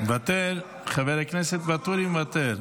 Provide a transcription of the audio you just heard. אני מוותר, חברי הכנסת ואטורי מוותר.